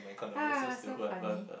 ha so funny